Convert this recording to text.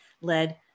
led